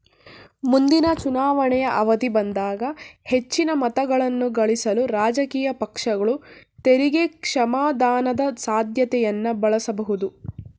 ಮುಂದಿನ ಚುನಾವಣೆಯ ಅವಧಿ ಬಂದಾಗ ಹೆಚ್ಚಿನ ಮತಗಳನ್ನಗಳಿಸಲು ರಾಜಕೀಯ ಪಕ್ಷಗಳು ತೆರಿಗೆ ಕ್ಷಮಾದಾನದ ಸಾಧ್ಯತೆಯನ್ನ ಬಳಸಬಹುದು